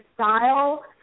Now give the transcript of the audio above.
style